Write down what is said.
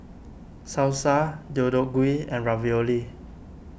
Salsa Deodeok Gui and Ravioli